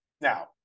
Now